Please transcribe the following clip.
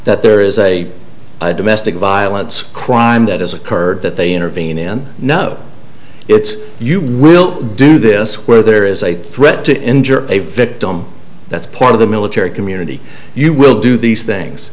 that there is a domestic violence crime that has occurred that they intervene in no it's you will do this where there is a threat to injure a victim that's part of the military community you will do these things